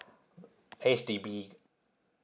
H_D_B